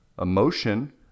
emotion